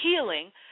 healing